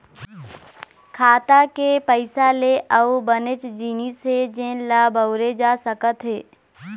खाता के पइसा ले अउ बनेच जिनिस हे जेन ल बउरे जा सकत हे